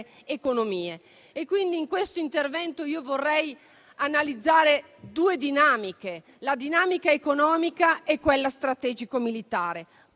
economie. In questo intervento vorrei analizzare due dinamiche, quella economica e quella strategico-militare.